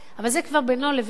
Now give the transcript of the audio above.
אבל זה כבר בינו לבין עצמו.